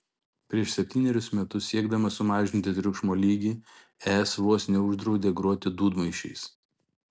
prieš septynerius metus siekdama sumažinti triukšmo lygį es vos neuždraudė groti dūdmaišiais